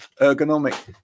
ergonomic